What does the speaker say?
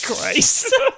Christ